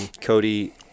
cody